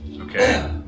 Okay